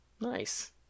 Nice